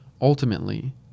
ultimately